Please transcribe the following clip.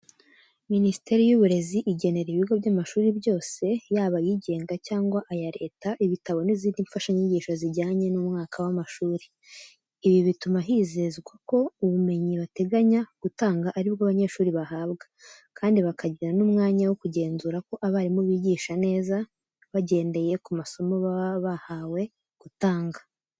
Minisiteri y’Uburezi igenera ibigo by’amashuri byose, yaba ayigenga cyangwa aya leta, ibitabo n’izindi mfashanyigisho zijyanye n’umwaka w’amashuri. Ibi bituma hizezwa ko ubumenyi bateganya gutanga ari bwo abanyeshuri bahabwa, kandi bakagira n'umwanya wo kugenzura ko abarimu bigisha neza, bagendeye ku masomo baba bahawe gutanga.